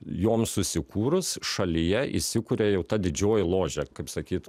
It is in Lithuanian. jom susikūrus šalyje įsikuria jau ta didžioji ložė kaip sakyt